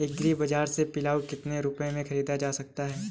Agree बाजार से पिलाऊ कितनी रुपये में ख़रीदा जा सकता है?